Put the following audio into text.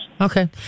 Okay